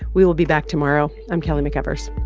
we will be back tomorrow. i'm kelly mcevers